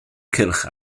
cylch